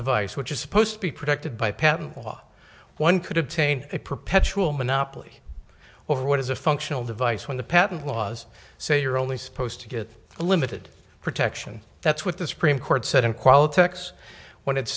device which is supposed to be protected by patent law one could obtain a perpetual monopoly or what is a functional device when the patent laws say you're only supposed to get a limited protection that's what the supreme court said in quality x when it